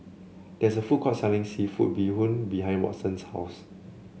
there is a food court selling seafood Bee Hoon behind Watson's house